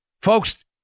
Folks